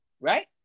right